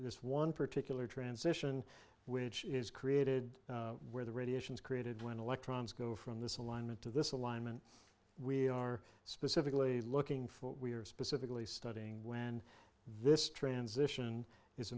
this one particular transition which is created where the radiation is created when electrons go from this alignment to this alignment we are specifically looking for we are specifically studying when this transition i